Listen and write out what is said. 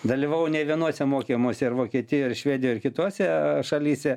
dalyvavau ne vienuose mokymuose ir vokietijoj ir švedijoj kitose šalyse